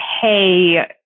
hey